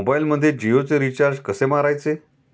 मोबाइलमध्ये जियोचे रिचार्ज कसे मारायचे?